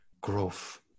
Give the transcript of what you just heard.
growth